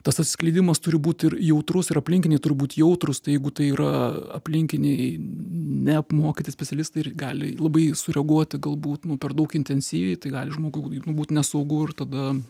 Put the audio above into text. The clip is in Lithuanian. tas atsiskleidimas turi būt ir jautrus ir aplinkiniai turi būt jautrūs tai jeigu tai yra aplinkiniai neapmokyti specialistai ir gali labai sureaguoti galbūt nu per daug intensyviai tai gali žmogui būt nesaugu ir tada